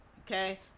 okay